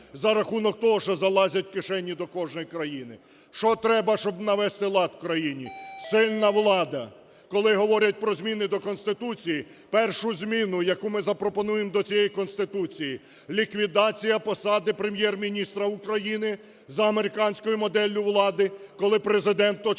за рахунок того, що залазять у кишені до кожної країни. Що треба, щоб навести лад у країні? Сильна влада. Коли говорять про зміни до Конституції, перша зміна, яку ми запропонуємо до цієї Конституції, – ліквідація посади Прем'єр-міністра України за американською моделлю влади, коли Президент очолюватиме